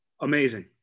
Amazing